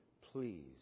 please